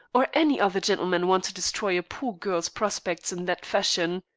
or any other gentleman, want to destroy a poor girl's prospects in that fashion?